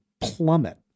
plummet